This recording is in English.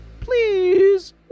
Please